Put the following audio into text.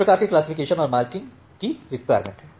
इस प्रकार के क्लासिफिकेशन और मार्किंग की रिक्वायरमेंट हैं